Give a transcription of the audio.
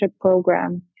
program